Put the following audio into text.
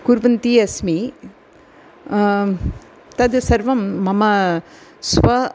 कुर्वन्ती अस्मि तद् सर्वं मम स्व